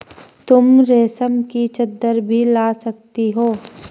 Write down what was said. तुम रेशम की चद्दर भी ला सकती हो